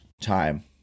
time